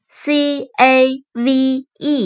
c-a-v-e